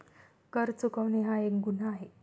कर चुकवणे हा एक गुन्हा आहे